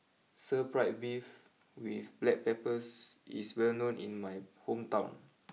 Stir Fried Beef with Black Peppers is well known in my hometown